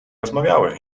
rozmawiały